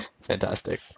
Fantastic